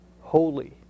holy